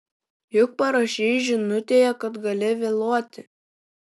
juk parašei žinutėje kad gali vėluoti